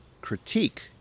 critique